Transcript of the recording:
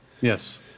Yes